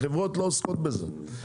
החברות לא עוסקות בזה,